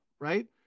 right